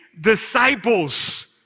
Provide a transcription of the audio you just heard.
disciples